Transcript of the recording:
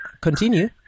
Continue